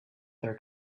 their